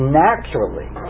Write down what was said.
naturally